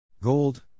gold